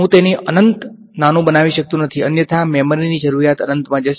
હું તેને અનંત નાનું બનાવી શકતો નથી અન્યથા મેમરીની જરૂરિયાત અનંતમાં જશે